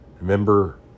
Remember